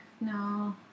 No